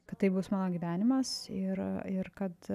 kad tai bus mano gyvenimas ir ir kad